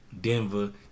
Denver